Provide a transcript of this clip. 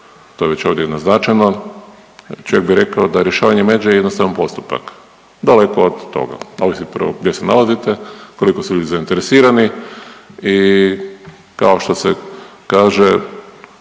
to je već ovdje naznačeno. Čovjek bi rekao da je rješavanje međe jednostavan postupak, daleko od toga. Ovisi prvo gdje se nalazite, koliko su ljudi zainteresirani i kao što se kaže